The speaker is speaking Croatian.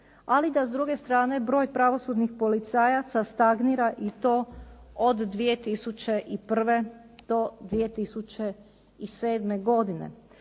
Ali da s druge strane broj pravosudnih policajaca stagnira i to od 2001. do 2007. godine.